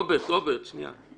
רוברט, שנייה.